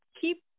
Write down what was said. keep